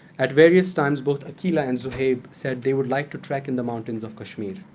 at various times, both akhila and zohaib said they would like to trek in the mountains of kashmir,